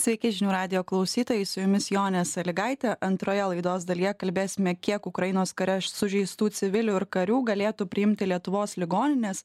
sveiki žinių radijo klausytojai su jumis jonė salygaitė antroje laidos dalyje kalbėsime kiek ukrainos kare sužeistų civilių ir karių galėtų priimti lietuvos ligoninės